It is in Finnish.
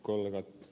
yleisö